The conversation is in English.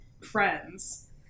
friends